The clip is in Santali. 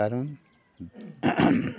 ᱠᱟᱨᱚᱱ